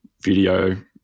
video